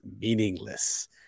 meaningless